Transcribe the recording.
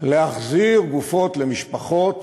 להחזיר גופות למשפחות